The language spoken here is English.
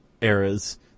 eras